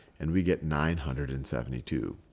and we get nine hundred and seventy two.